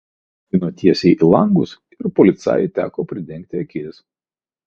saulė spigino tiesiai į langus ir policajui teko pridengti akis